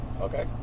Okay